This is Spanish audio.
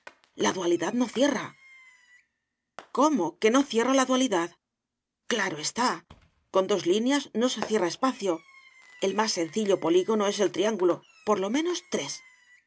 la dualidad no cierra cómo que no cierra la dualidad claro está con dos líneas no se cierra espacio el más sencillo polígono es el triángulo por lo menos tres